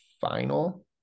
Final